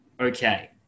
Okay